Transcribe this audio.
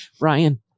Ryan